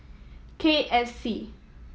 K F C